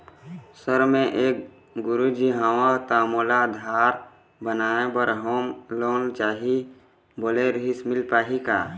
Sir मे एक गुरुजी हंव ता मोला आधार बनाए बर होम लोन चाही बोले रीहिस मील पाही का?